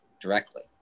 directly